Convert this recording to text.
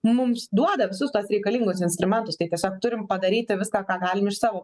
mums duoda visus tuos reikalingus instrumentus tai tiesiog turim padaryti viską ką galim iš savo